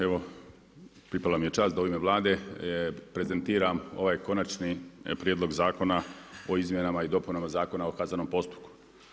Evo pripala mi je čast da u ime Vlade prezentiram ovaj konačni Prijedlog zakona o Izmjenama i dopunama Zakona o kaznenom postupku.